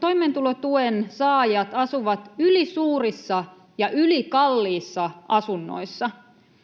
toimeentulotuen saajat asuvat ylisuurissa ja ylikalliissa asunnoissa.